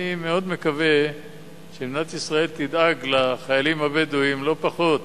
אני מאוד מקווה שמדינת ישראל תדאג לחיילים הבדואים לא פחות